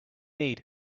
need